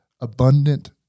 abundant